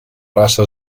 raça